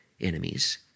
enemies